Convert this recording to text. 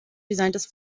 designtes